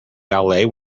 ballet